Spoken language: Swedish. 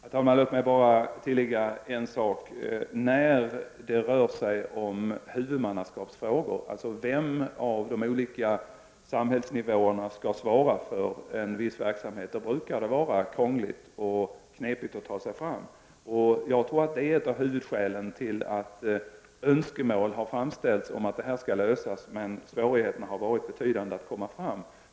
Herr talman! Låt mig bara tillägga en sak. När det rör sig om huvudmannaskapsfrågor, dvs. vilken av de olika samhällsnivåerna som skall svara för en viss verksamhet, brukar det vara krångligt och knepigt att ta sig fram. Jag tror att detta är ett av huvudskälen till att önskemål har framställts om att frågan skall lösas, men det har varit betydande svårigheter att nå en lösning.